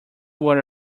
were